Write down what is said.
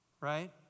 right